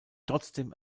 trotzdem